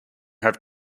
have